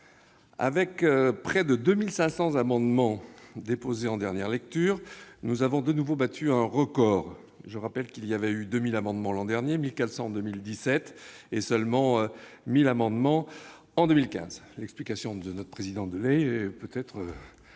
Avec près de 2 500 amendements déposés en première lecture, nous avons de nouveau battu un record. Je rappelle qu'il y avait eu 2 000 amendements l'an dernier, 1 400 amendements en 2017 et « seulement » 1 000 amendements en 2015. L'explication de Vincent Delahaye, qui